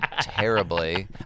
terribly